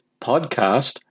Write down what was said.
podcast